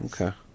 Okay